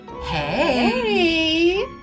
Hey